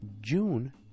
June